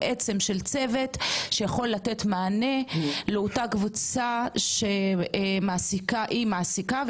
בעצם של צוות שיכול לתת מענה לאותה קבוצה שהיא מעסיקה,